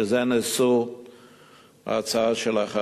שזה נושא ההצעה שלך,